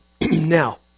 Now